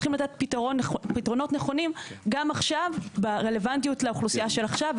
צריכים לתת פתרונות נכונים גם עכשיו ברלוונטיות לאוכלוסייה של עכשיו,